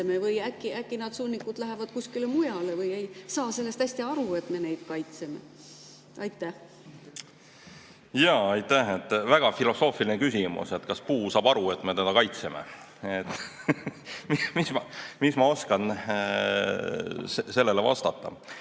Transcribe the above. või äkki nad, sunnikud, lähevad kuskile mujale või ei saa sellest hästi aru, et me neid kaitseme? Aitäh! Väga filosoofiline küsimus, et kas puu saab aru, et me teda kaitseme. (Naerab.) Mis ma oskan sellele vastata?